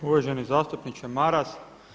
Uvaženi zastupniče Maras.